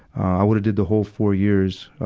i woulda did the whole four years, ah,